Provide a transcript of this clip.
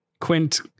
Quint